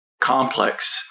complex